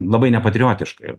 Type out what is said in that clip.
labai nepatriotiška